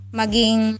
maging